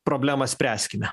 problemą spręskime